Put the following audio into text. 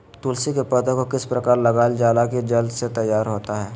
तुलसी के पौधा को किस प्रकार लगालजाला की जल्द से तैयार होता है?